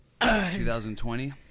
2020